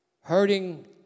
Hurting